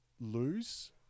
lose